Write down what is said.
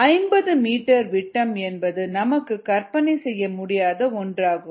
50 மீட்டர் விட்டம் என்பது நமக்கு கற்பனை செய்ய முடியாத ஒன்றாகும்